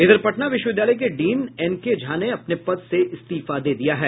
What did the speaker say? इधर पटना विश्वविद्यालय के डीन एनके झा ने अपने पद से इस्तीफा दे दिया है